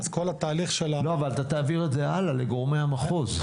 לא, אבל אתה תעביר את זה הלאה, לגורמי המחוז.